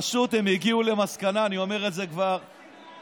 פשוט הם הגיעו למסקנה, אני אומר את זה כבר שנתיים,